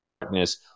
darkness